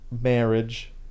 marriage